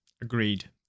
Agreed